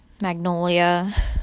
Magnolia